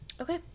okay